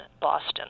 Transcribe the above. Boston